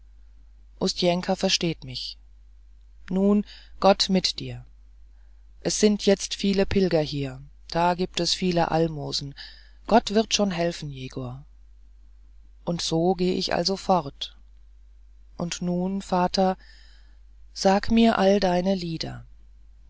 ustjnka versteht mich nun gott mit dir es sind jetzt viele pilger hier da giebt es viel almosen gott wird schon helfen jegor und so geh ich also fort und nun vater sag mir alle deine lieder